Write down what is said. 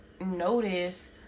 notice